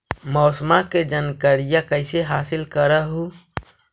मौसमा के जनकरिया कैसे हासिल कर हू?